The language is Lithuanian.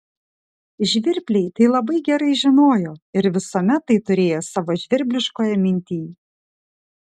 žvirbliai tai labai gerai žinojo ir visuomet tai turėjo savo žvirbliškoje mintyj